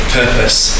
purpose